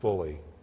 Fully